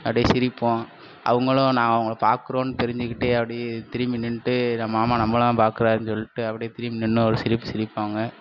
அப்படியே சிரிப்போம் அவங்களும் நாங்கள் அவங்கள பார்க்குறோனு தெரிஞ்சிக்கிட்டே அப்படியே திரும்பி நின்னுட்டு நம்ம மாமா நம்பளைதான் பார்க்குறாரு சொல்லிட்டு அப்படியே திரும்பி நின்று ஒரு சிரிப்பு சிரிப்பாங்க